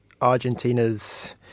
Argentina's